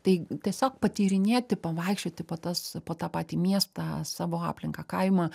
tai tiesiog patyrinėti pavaikščioti po tas po tą patį miestą savo aplinką kaimą